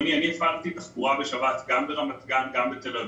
אני הפעלתי תחבורה בשבת גם ברמת גן וגם בתל אביב.